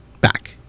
back